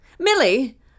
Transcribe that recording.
Millie